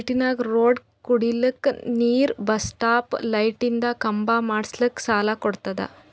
ಸಿಟಿನಾಗ್ ರೋಡ್ ಕುಡಿಲಕ್ ನೀರ್ ಬಸ್ ಸ್ಟಾಪ್ ಲೈಟಿಂದ ಖಂಬಾ ಮಾಡುಸ್ಲಕ್ ಸಾಲ ಕೊಡ್ತುದ